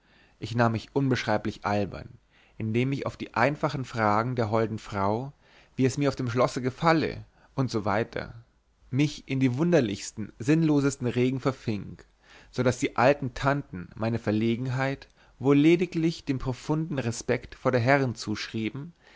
ich nahm mich unbeschreiblich albern indem ich auf die einfachen fragen der holden frau wie es mir auf dem schlosse gefalle u s mich in die wunderlichsten sinnlosesten reden verfing so daß die alten tanten meine verlegenheit wohl lediglich dem profunden respekt vor der herrin zuschrieben